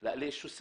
הוא אמר שהוא לא